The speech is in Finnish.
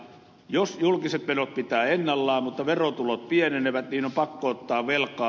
jos julkiset menot pitää ennallaan mutta verotulot pienenevät niin on pakko ottaa velkaa